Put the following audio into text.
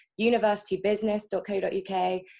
universitybusiness.co.uk